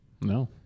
no